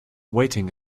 waiting